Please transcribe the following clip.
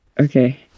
Okay